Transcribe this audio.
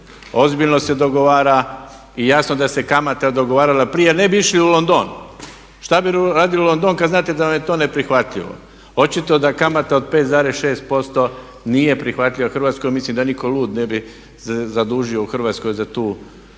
ozbiljno se dogovara i jasno da se kamata dogovarala prije ne bi išli u London. Što bi išli u London kad znate da vam je to neprihvatljivo. Očito da kamata od 5,6% nije prihvatljiva Hrvatskoj jer mislim da nitko lud ne bi se zadužio u Hrvatskoj za tu kamatu.